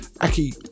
aki